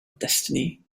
destiny